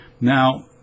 Now